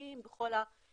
וחברתיים בכל המישורים.